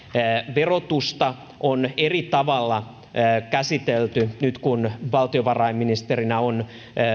verotusta on eri tavalla käsitelty nyt kun valtiovarainministerinä on